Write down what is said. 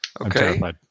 Okay